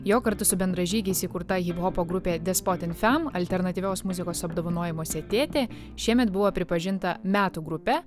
jo kartu su bendražygiais įkurta hiphopo grupė despotin fam alternatyvios muzikos apdovanojimuose tėtė šiemet buvo pripažinta metų grupe